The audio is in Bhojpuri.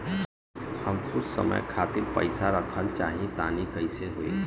हम कुछ समय खातिर पईसा रखल चाह तानि कइसे होई?